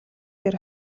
дээр